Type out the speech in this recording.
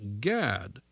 Gad